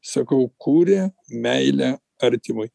sakau kuria meilę artimui